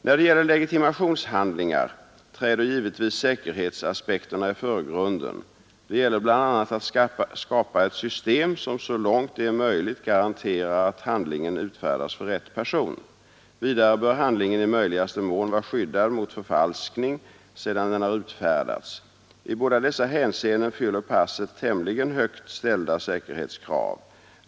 När det gäller legitimationshandlingar träder givetvis säkerhetsaspekterna i förgrunden. Det gäller bl.a. att skapa ett system som så långt det är möjligt garanterar att handlingen utfärdas för rätt person. Vidare bör handlingen i möjligaste mån vara skyddad mot förfalskning, sedan den har utfärdats. I båda dessa hänseenden fyller passet tämligen högt ställda säkerhetskrav.